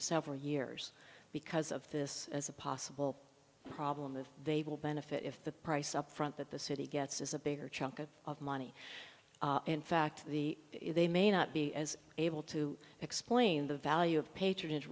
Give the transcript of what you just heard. several years because of this as a possible problem that they will benefit if the price up front that the city gets is a bigger chunk of of money in fact the they may not be as able to explain the value of patronage